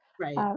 Right